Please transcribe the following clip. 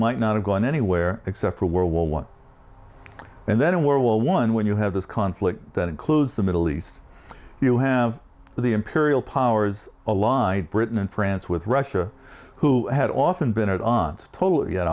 might not have gone anywhere except for world war one and then in world war one when you have this conflict that includes the middle east you have the imperial powers allied britain and france with russia who had often been at onst total